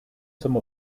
some